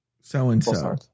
so-and-so